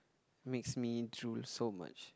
makes me drool so much